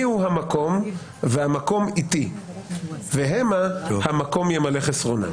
אני הוא המקום והמקום איתי והמה המקום ימלא חסרונם".